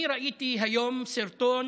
אני ראיתי היום סרטון